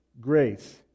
grace